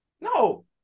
No